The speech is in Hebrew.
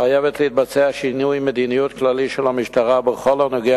חייב להתבצע שינוי מדיניות כללי של המשטרה בכל הנוגע